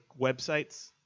websites